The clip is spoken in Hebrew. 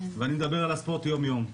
ואני מדבר על הספורט יום-יום.